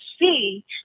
see